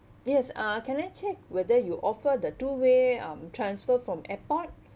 yes uh can I check whether you offer the two way um transfer from airport